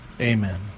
amen